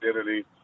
identity